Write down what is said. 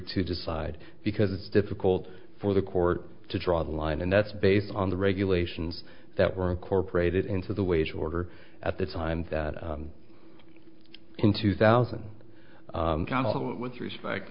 decide because it's difficult for the court to draw the line and that's based on the regulations that were incorporated into the wage order at the time that in two thousand convo with respect